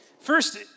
First